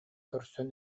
көрсөн